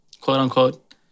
quote-unquote